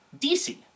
DC